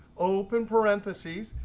open parentheses.